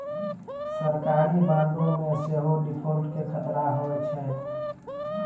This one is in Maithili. सरकारी बांडो मे सेहो डिफ़ॉल्ट के खतरा होय छै